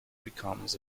becomes